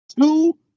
Two